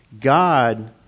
God